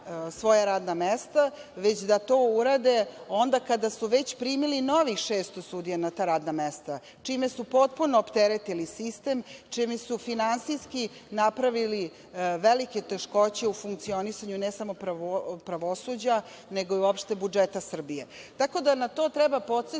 svoja radna mesta, već da to urade onda kada su već primili novih 600 sudija na ta radna mesta, čime su potpuno opteretili sistem, čime su finansijski napravili velike teškoće u funkcionisanju ne samo pravosuđa, nego i uopšte budžeta Srbije. Tako da na to treba podsetiti